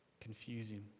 confusing